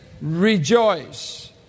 Rejoice